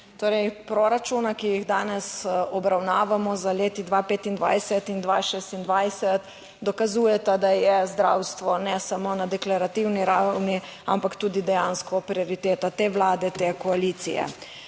(VP) 12.00** (nadaljevanje) obravnavamo, za leti 2025 in 2026 dokazujeta, da je zdravstvo ne samo na deklarativni ravni, ampak tudi dejansko prioriteta te Vlade, te koalicije.